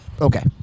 Okay